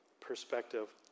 perspective